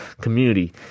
community